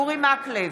אורי מקלב,